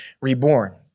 reborn